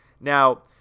Now